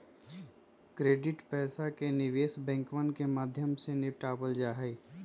credit पैसा के निवेश बैंकवन के माध्यम से निपटावल जाहई